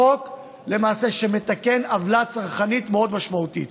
חוק שמתקן למעשה עוולה צרכנית מאוד משמעותית,